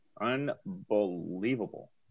Unbelievable